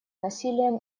насилием